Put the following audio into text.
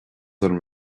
orm